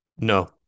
No